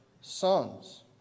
sons